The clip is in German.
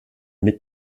mit